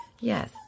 Yes